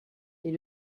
est